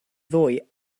ddoe